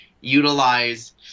utilize